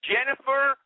Jennifer